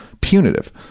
punitive